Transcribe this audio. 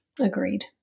Agreed